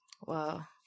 Wow